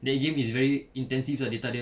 that game is very intensive sia data dia